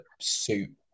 suit